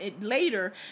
later